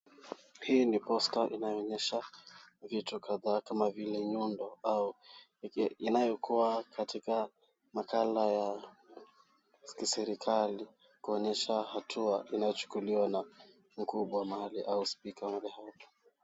Hii ni posta inayoonyesha vitu kadhaa kama vile nyundo au inayokuwa katika makala ya kiserikali kuonyesha hatua inayochukuliwa na mkubwa wa mahalia au spika mahali hapo.